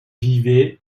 vivaient